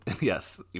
Yes